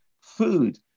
food